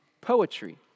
poetry